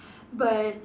but